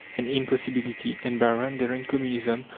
an impossibility, and by rendering communism,